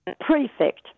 Prefect